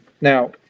Now